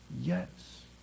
yes